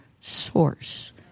source